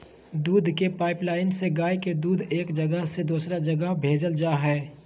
दूध के पाइपलाइन से गाय के दूध एक जगह से दोसर जगह भेजल जा हइ